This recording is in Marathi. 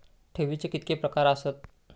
ठेवीचे कितके प्रकार आसत?